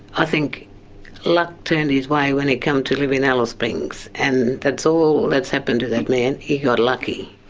i think luck turned his way when he come to live in alice springs, and that's all that happened to that man, he got lucky.